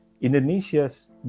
Indonesia's